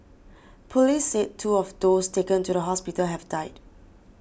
police said two of those taken to the hospital have died